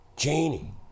Janie